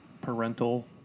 parental